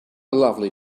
lovely